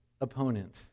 opponent